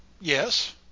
Yes